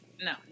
No